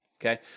okay